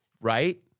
Right